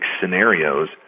scenarios